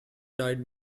died